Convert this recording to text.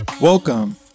Welcome